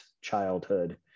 childhood